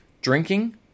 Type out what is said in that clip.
Drinking